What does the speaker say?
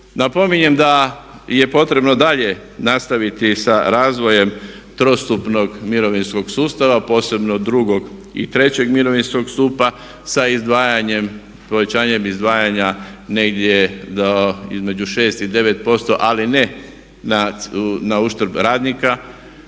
Napominjem da je potrebno dalje nastaviti sa razvojem trostupnog mirovinskog sustava posebno drugog i trećeg mirovinskog stupa sa povećanjem izdvajanja negdje do između 6 i 9% ali ne na uštrb radnika